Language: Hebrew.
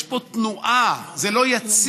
יש פה תנועה, זה לא יציב.